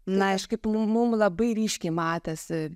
na aišku mum labai ryškiai matėsi